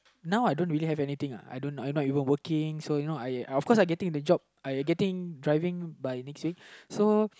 now I don't even really have anything lah I don't I not even working so you know I of course I getting the job I getting driving by next week so